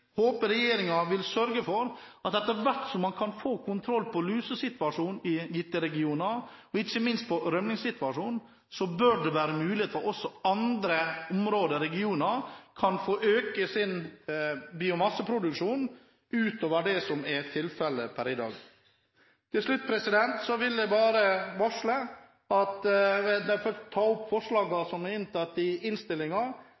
håper regjeringen vil sørge for – etter hvert som man får kontroll på lusesituasjonen i gitte regioner, og ikke minst på rømningssituasjonen – en mulighet for at også andre områder og regioner kan få øke sin biomasseproduksjon utover det som er tilfellet per i dag. Til slutt vil jeg bare ta opp